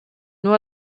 nur